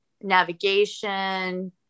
navigation